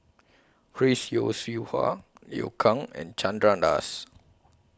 Chris Yeo Siew Hua Liu Kang and Chandra Das